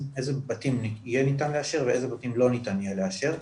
בתים יהיה ניתן לאשר ואיזה בתים לא ניתן לאשר,